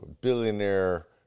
billionaire